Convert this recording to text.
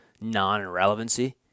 non-relevancy